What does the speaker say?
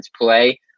play